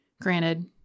Granted